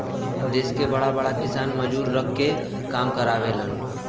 देस के बड़ा बड़ा किसान मजूरा रख के काम करावेलन